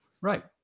right